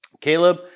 Caleb